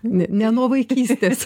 ne ne nuo vaikystės